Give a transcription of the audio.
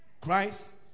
Christ